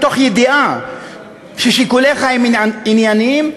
מתוך ידיעה ששיקוליך הם ענייניים,